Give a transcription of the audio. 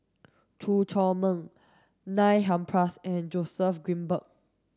Chew Chor Meng Neil Humphreys and Joseph Grimberg